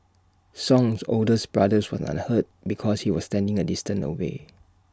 song's olders brother was unhurt because he was standing A distance away